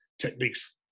techniques